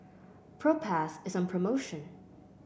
Propass is on promotion